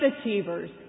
achievers